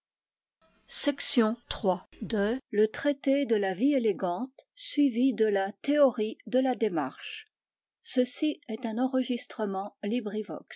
la théorie de la démarche traité de la vie élégante suivi de la théorie de la démarche table of contents pages